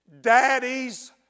daddies